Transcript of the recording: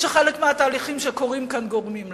שחלק מהתהליכים שקורים כאן גורמים לה.